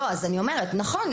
נכון,